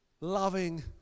loving